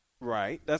Right